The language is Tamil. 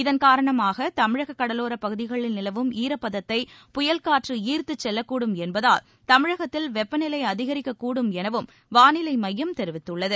இதன் காரணமாக தமிழக கடலோரப் பகுதிகளில் நிலவும் ஈரப்பதத்தை புயல் காற்று ஈர்த்து செல்லக்கூடும் என்பதால் தமிழகத்தில் வெப்பநிலை அதிகரிக்கக்கூடும் எனவும் வானிலை மையம் தெரிவித்துள்ளது